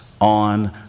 on